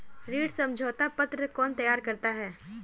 ऋण समझौता पत्र कौन तैयार करता है?